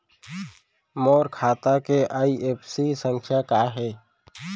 मोर खाता के आई.एफ.एस.सी संख्या का हे?